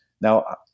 now